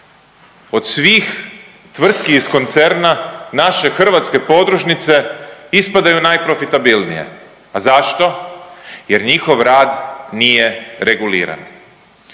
Od svih tvrtki iz koncerna naše hrvatske podružnice ispadaju najprofitabilnije. A zašto? Jer njihov rad nije reguliran.